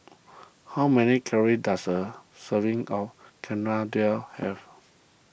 how many calories does a serving of Chana Dal have